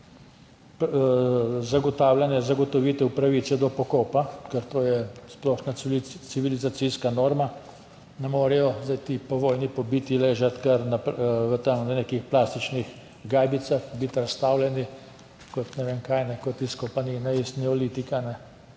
Potem zagotovitev pravice do pokopa, ker to je splošna civilizacijska norma. Ne morejo zdaj ti po vojni pobiti ležati kar v nekih plastičnih gajbicah, biti razstavljeni, kot ne vem kaj, kot izkopanine iz neolitika ali